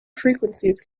frequencies